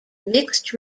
mixed